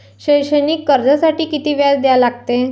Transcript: शैक्षणिक कर्जासाठी किती व्याज द्या लागते?